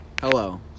Hello